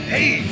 Hey